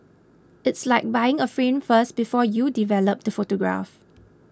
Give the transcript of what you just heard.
it's like buying a frame first before you develop the photograph